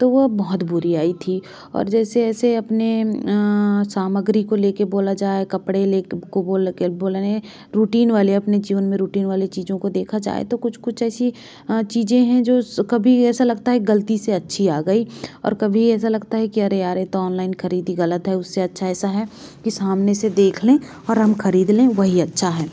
तो वो बहुत बुरी आई थी और जैसे जैसे अपने सामग्री को लेकर बोला जाए कपड़े ले को बोलने रूटिन वाले अपने जीवन में रूटिन वाले चीज़ों को देखा जाए तो कुछ कुछ ऐसी चीज़ें हैं जो कभी ऐसा लगता है गलती से अच्छी आ गई और कभी ऐसा लगता है कि अरे यार यह तो ऑनलाइन ख़रीद गलत है उससे अच्छा ऐसा है कि सामने से देख लें और हम ख़रीद लें वही अच्छा है